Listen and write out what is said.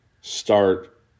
start